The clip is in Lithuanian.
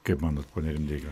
kaip manot pone rimdeika